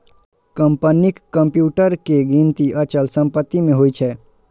कंपनीक कंप्यूटर के गिनती अचल संपत्ति मे होइ छै